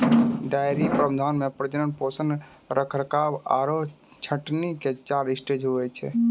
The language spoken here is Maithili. डेयरी प्रबंधन मॅ प्रजनन, पोषण, रखरखाव आरो छंटनी के चार स्टेज होय छै